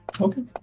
Okay